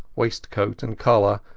waistcoat, and collar,